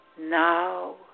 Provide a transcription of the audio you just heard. Now